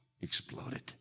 exploded